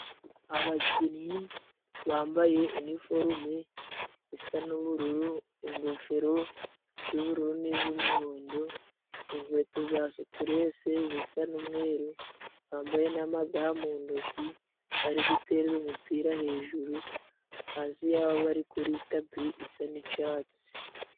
Abakinnyi bambaye iniforume isa n'ubururu, ingofero z'ubururu n'iz'umuhondo, inkweto za supurese zisa n'umweru bambaye n'amaga mu ntoki, bari guterera umupira hejuru hasi yabo bari kuri tapi isa n'icatsi.